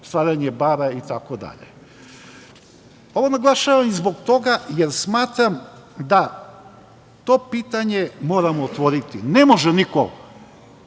stvaranje bara itd. Ovo naglašavam i zbog toga jer smatram da to pitanje moramo otvoriti. Ne može niko